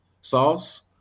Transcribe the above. Sauce